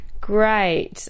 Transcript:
Great